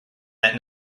that